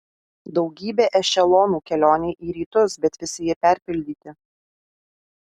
daugybė ešelonų kelionei į rytus bet visi jie perpildyti